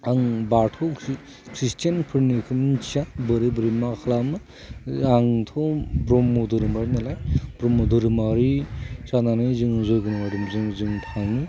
आं बाथौ ख्रिस्थियानफोरनिखौ मिनथिया बोरै बोरै मा खालामो आंथ' ब्रह्म धोरोमारि नालाय ब्रह्म धोरोमारि जानानै जों जयग'नि आदबजों जों थाङो